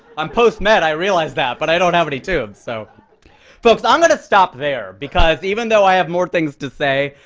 i'm post-med, i realize that, but i don't have any tubes. so folks, i'm going to stop there, because even though i have more things to say,